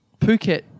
Phuket